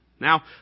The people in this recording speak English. Now